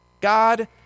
God